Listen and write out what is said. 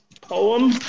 poem